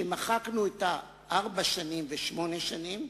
הוא שמחקנו את ה"ארבע שנים" ו"שמונה שנים",